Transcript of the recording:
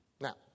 Now